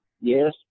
Yes